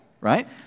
right